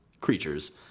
creatures